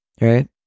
Right